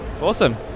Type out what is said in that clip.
Awesome